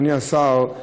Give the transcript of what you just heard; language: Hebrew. אדוני השר,